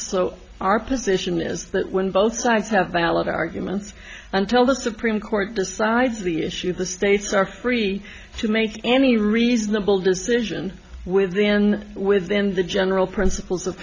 so our position is that when both sides have valid arguments until the supreme court decides the issue the states are free to make any reasonable decision within within the general principles of